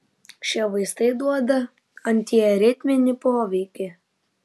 šie vaistai duoda antiaritminį poveikį